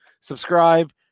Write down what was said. subscribe